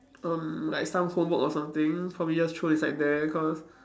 um like some homework or something probably just throw inside there because